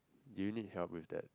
do you need help with that